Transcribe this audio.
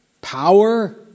power